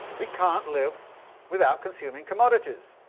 we can't live without consuming commodities.